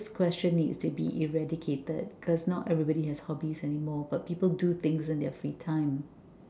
this question needs to be eradicated because no everybody has hobbies anymore but people do things during their free time